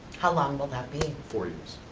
how long will that be? four years.